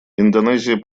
индонезия